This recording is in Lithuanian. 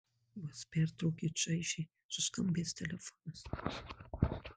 juos pertraukė čaižiai suskambęs telefonas